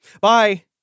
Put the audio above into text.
Bye